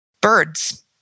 birds